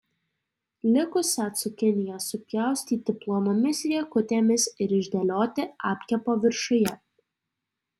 likusią cukiniją supjaustyti plonomis riekutėmis ir išdėlioti apkepo viršuje